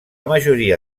majoria